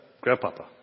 grandpapa